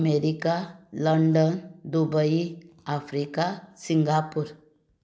America London Dubai Africa Singapore